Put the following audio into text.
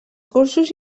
cursos